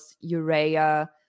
urea